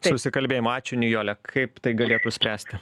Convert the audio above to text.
susikalbėjimo ačiū nijole kaip tai galėtų spręsti